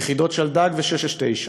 יחידות "שלדג" ו-669.